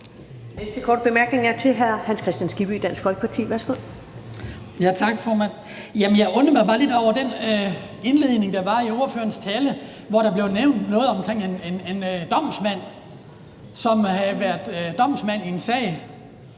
Jeg undrer mig bare lidt over den indledning, der var i ordførerens tale, hvor der blev nævnt noget omkring en domsmand. Han havde været domsmand i en sag,